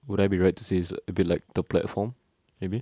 would I be right to say it's a bit like the platform maybe